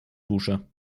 dusche